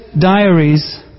diaries